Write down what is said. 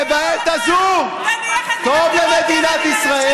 ובעת הזו קודם מדינת ישראל,